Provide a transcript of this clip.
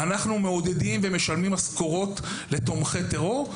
במקום זה אנחנו מעודדים ומשלמים משכורות לתומכי טרור?